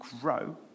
grow